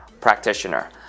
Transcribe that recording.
Practitioner